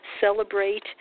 Celebrate